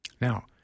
Now